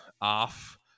off